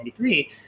1993